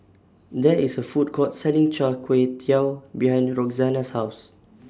There IS A Food Court Selling Char Kway Teow behind Roxanna's House